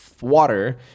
water